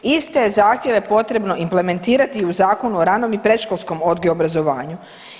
Iste je zahtjeve potrebno implementirati i u Zakon o ranom i predškolskom odgoju i obrazovanju.